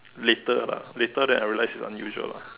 later lah later then I realize unusual lah